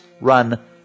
run